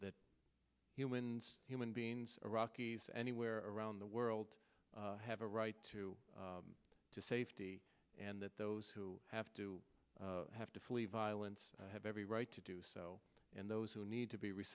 that humans human beings iraqis anywhere around the world have a right to safety and that those who have to have to flee violence have every right to do so and those who need to be